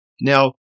Now